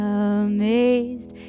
amazed